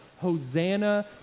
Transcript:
Hosanna